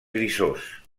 grisós